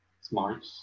smart